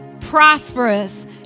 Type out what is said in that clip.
prosperous